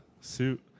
suit